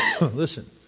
listen